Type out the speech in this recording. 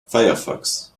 firefox